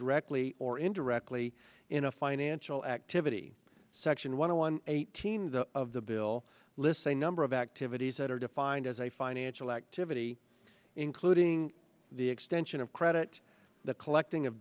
directly or indirectly in a financial activity section one of one eighteen of the bill lists a number of activities that are defined as a financial activity including the extension of credit the collecting of